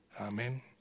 Amen